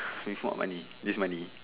with what money this money